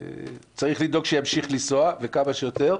צריך לדאוג שימשיך לנסוע, וכמה שיותר.